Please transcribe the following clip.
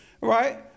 Right